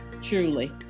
Truly